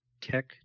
Tech